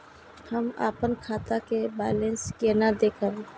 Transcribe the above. हम अपन खाता के बैलेंस केना देखब?